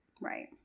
Right